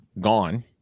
gone